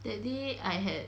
that day I had